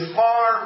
far